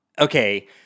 Okay